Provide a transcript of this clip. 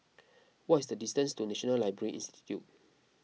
what is the distance to National Library Institute